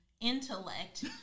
intellect